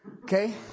Okay